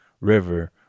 river